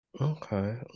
okay